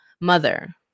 mother